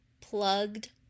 plugged